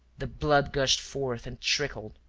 the blood gushed forth and trickled,